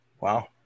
Wow